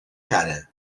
cara